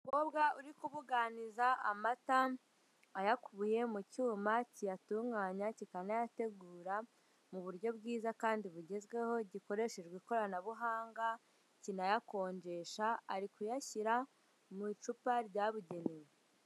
Umukobwa uri kubuganiza amata, ayakubiye mu cyuma kiyatunganya kikanayategura. mu buryo bwiza kandi bugezweho gikoreshejwe ikoranabuhanga, kinayakonjesha, ari kuyashyira mu icupa ryabugenewe.